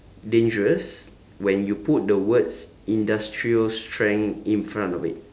dangerous when you put the words industrial strength in front of it